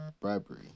bribery